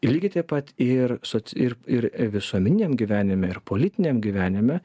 lygiai taip pat ir soc ir ir visuomeniniam gyvenime ir politiniam gyvenime